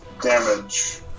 damage